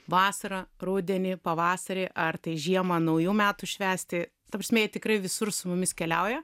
vasarą rudenį pavasarį ar tai žiemą naujų metų švęsti ta prasmė jie tikrai visur su mumis keliauja